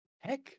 Heck